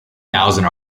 thousand